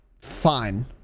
fine